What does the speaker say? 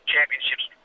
championships